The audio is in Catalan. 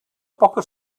poca